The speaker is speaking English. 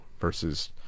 versus